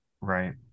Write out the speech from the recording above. Right